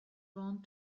want